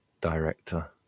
director